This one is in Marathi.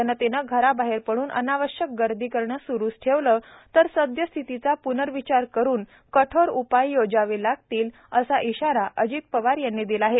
जनतेने घराबाहेर पडून अनावश्यक गर्दी करणं स्रुच ठेवलं तर सद्यस्थितीचा प्नर्विचार करुन कठोर उपाय योजावे लागतील असा इशारा अजित पवार यांनी दिला आहे